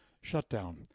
shutdown